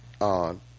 on